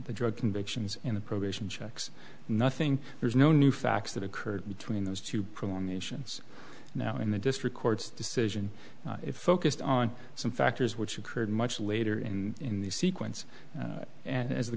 the drug convictions in the probation checks nothing there's no new facts that occurred between those two pro nations now in the district court's decision focused on some factors which occurred much later in the sequence and as the